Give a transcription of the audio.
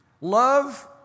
Love